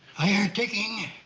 i hear ticking.